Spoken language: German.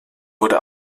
wurde